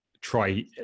try